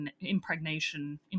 impregnation